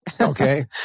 Okay